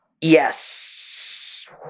Yes